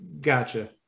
Gotcha